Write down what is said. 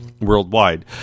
worldwide